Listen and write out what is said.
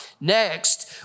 Next